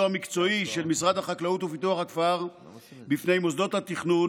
המקצועי של משרד החקלאות ופיתוח הכפר בפני מוסדות התכנון